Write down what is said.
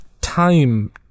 time